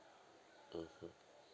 mmhmm